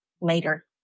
later